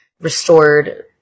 restored